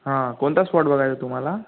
हां कोणता स्पॉट बघायचा तुम्हाला